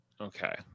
Okay